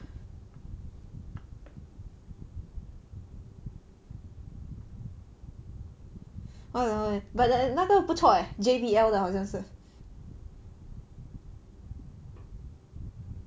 !walao! eh but 那个不错 leh J_B_L 的好像是